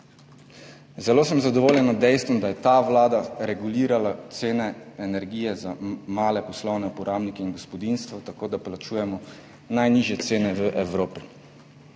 Zelo sem zadovoljen z dejstvom, da je ta vlada regulirala cene energije za male poslovne uporabnike in gospodinjstva, tako da plačujemo najnižje cene v Evropi.